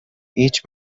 هیچ